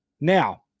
Now